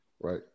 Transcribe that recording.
Right